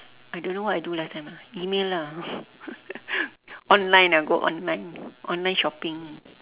I don't know what I do last time email lah online ah go online online shopping